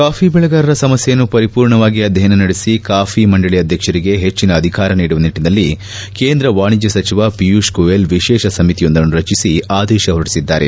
coffee ಬೆಳೆಗಾರರ ಸಮಸ್ಥೆಯನ್ನು ಪರಿಪೂರ್ಣವಾಗಿ ಅಧ್ಯಯನ ನಡೆಸಿ ಕಾಫಿ ಮಂಡಳ ಅಧ್ಯಕ್ಷರಿಗೆ ಹೆಚ್ಚಿನ ಅಧಿಕಾರ ನೀಡುವ ನಿಟ್ಟನಲ್ಲಿ ಕೇಂದ್ರ ವಾಣಿಜ್ಞ ಸಚಿವ ಪಿಯೂಷ್ ಗೋಯಲ್ ವಿಶೇಷ ಸಮಿತಿಯೊಂದನ್ನು ರಚಿಸಿ ಆದೇಶ ಹೊರಡಿಸಿದ್ದಾರೆ